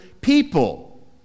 people